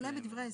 עוד לא הגענו.